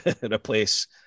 replace